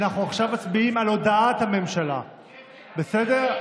אנחנו עכשיו מצביעים על הודעת הממשלה, בסדר?